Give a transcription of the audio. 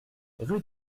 rue